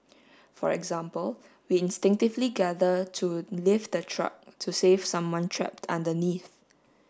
for example we instinctively gather to lift a truck to save someone trapped underneath